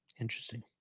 Interesting